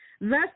Thus